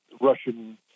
Russian